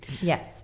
Yes